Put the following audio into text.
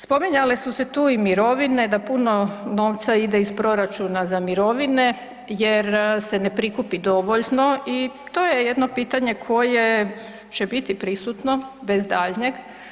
Spominjale su se tu i mirovine, da puno novca ide iz proračuna za mirovine jer se ne prikupi dovoljno i to je jedno pitanje koje će biti prisutno bez daljnjeg.